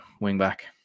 wing-back